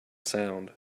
sound